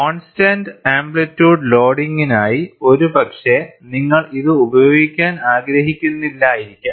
constant amplitude ലോഡിംഗിനായി ഒരുപക്ഷേ നിങ്ങൾ ഇത് ഉപയോഗിക്കാൻ ആഗ്രഹിക്കുന്നില്ലായിരിക്കാം